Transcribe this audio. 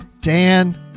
Dan